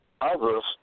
Others